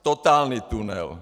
Totální tunel.